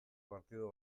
partido